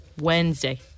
Wednesday